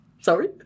sorry